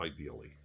ideally